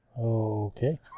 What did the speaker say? okay